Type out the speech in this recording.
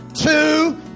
two